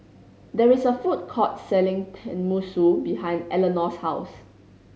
there is a food court selling Tenmusu behind Eleanor's house